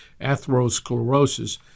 atherosclerosis